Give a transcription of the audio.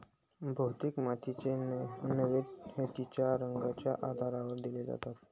बहुतेक मातीची नावे तिच्या रंगाच्या आधारावर दिली जातात